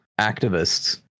activists